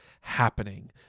happening